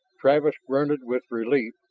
travis grunted with relief,